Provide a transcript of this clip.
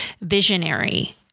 visionary